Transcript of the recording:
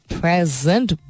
present